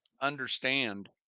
Understand